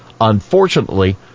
Unfortunately